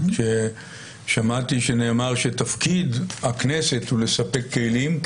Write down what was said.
שמעתי שנאמר שתפקיד הכנסת הוא לספק כלים.